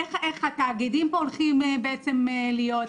איך התאגידים פה הולכים בעצם, להיות?